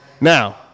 Now